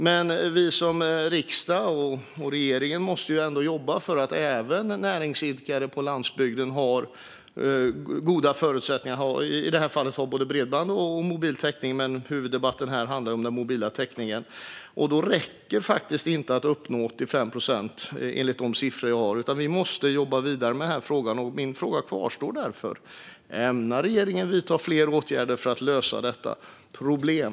Men vi som riksdag och regering måste ändå jobba för att även näringsidkare på landsbygden ska ha god tillgång till bredband och god mobiltäckning - huvuddebatten här handlar ju om den mobila täckningen - och då räcker det faktiskt inte att uppnå 85 procent. Vi måste jobba vidare med den frågan. Min fråga kvarstår därför: Ämnar regeringen vidta fler åtgärder för att lösa detta problem?